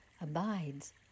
abides